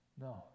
No